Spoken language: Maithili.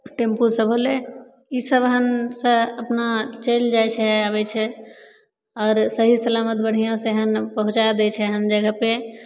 टेम्पू सब होलय ई सब हन से अपना चलि जाि छै आबय छै आर सही सलामत बढ़िआँसँ हन पहुँचा दै छै हन जगहपर